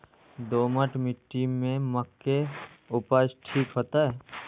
दोमट मिट्टी में मक्के उपज ठीक होते?